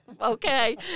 okay